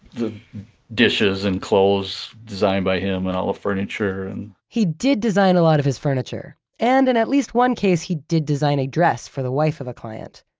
the dishes and clothes designed by him and all the ah furniture. and he did design a lot of his furniture and in at least one case, he did design a dress for the wife of a client.